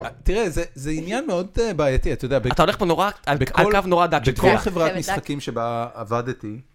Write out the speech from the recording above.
תראה זה עניין מאוד בעייתי אתה יודע. אתה הולך פה נורא... על קו נורא דק של תביעה. בכל חברת משחקים שבה עבדתי.